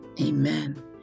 Amen